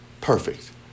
Perfect